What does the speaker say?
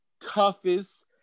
toughest